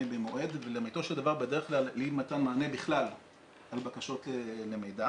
במועד ולאמיתו של דבר בדרך כלל על אי מתן מענה בכלל על בקשות למידע.